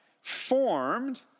formed